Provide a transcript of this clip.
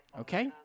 Okay